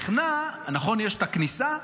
נכון יש את הכניסה?